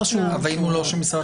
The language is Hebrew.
אבל אם הוא לא של משרד החינוך?